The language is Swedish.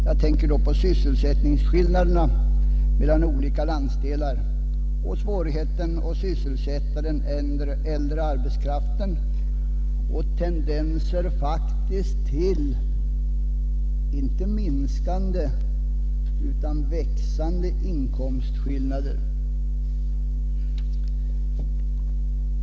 Jag tänker då på sysselsättningsskillnader mellan olika landsdelar, svårigheter att sysselsätta den äldre arbetskraften och tendenser till växande inkomstklyftor.